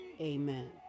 Amen